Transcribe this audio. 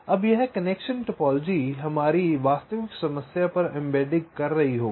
अब यह connection topology हमारी वास्तविक समस्या पर एम्बेडिंग कर रही होगी